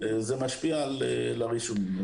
זה משפיע על הרישומים.